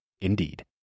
Indeed